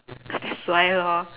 that's why lor